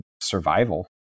survival